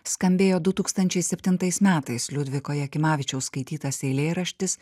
skambėjo du tūkstančiai septintais metais liudviko jakimavičiaus skaitytas eilėraštis